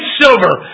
silver